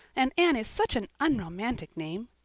and anne is such an unromantic name.